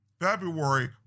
February